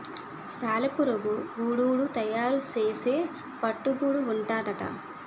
సాలెపురుగు గూడడు తయారు సేసే పట్టు గూడా ఉంటాదట